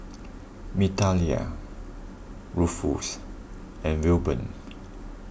Migdalia Ruffus and Wilburn